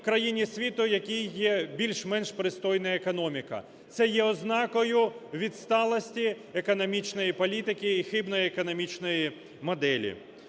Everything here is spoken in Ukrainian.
країні світу, в якій є більш-менш пристойна економіка. Це є ознакою відсталості економічної політики і хибної економічної моделі.